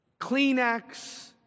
Kleenex